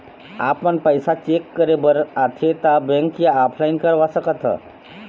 आपमन पैसा चेक करे बार आथे ता बैंक या ऑनलाइन करवा सकत?